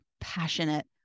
passionate